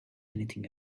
anything